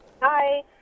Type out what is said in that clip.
Hi